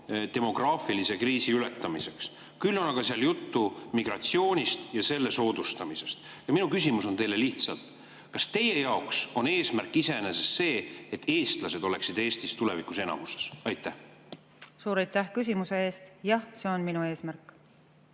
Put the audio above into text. demograafilise kriisi ületamiseks. Küll on aga seal juttu migratsioonist ja selle soodustamisest. Ja minu küsimus on teile lihtsalt: kas teie jaoks on eesmärk iseeneses see, et eestlased oleksid Eestis tulevikus enamuses? Suur aitäh küsimuse eest! Jah, see on minu eesmärk.